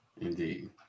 indeed